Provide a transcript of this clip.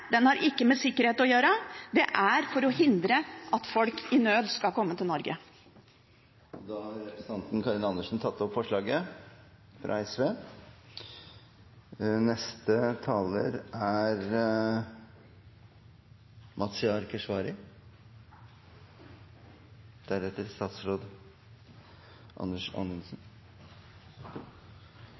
den har ikke med sikkerhet å gjøre. Det er for å hindre at mer enn kvoten skal komme til Norge. Representanten Karin Andersen har tatt opp det forslaget hun viste til. Jeg synes noen av påstandene fra representanten Karin Andersen er